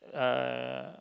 uh